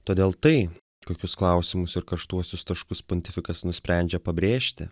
todėl tai kokius klausimus ir karštuosius taškus pontifikas nusprendžia pabrėžti